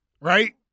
right